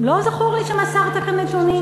לא זכור לי שמסרת כאן נתונים.